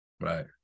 Right